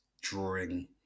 drawing